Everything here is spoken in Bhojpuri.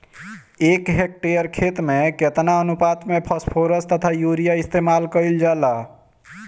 एक हेक्टयर खेत में केतना अनुपात में फासफोरस तथा यूरीया इस्तेमाल कईल जाला कईल जाला?